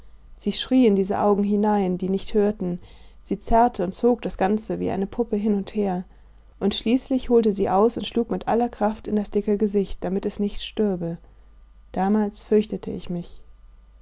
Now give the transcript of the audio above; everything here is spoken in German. sie schrie in diese augen hinein die nicht hörten sie zerrte und zog das ganze wie eine puppe hin und her und schließlich holte sie aus und schlug mit aller kraft in das dicke gesicht damit es nicht stürbe damals fürchtete ich mich